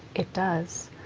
it does,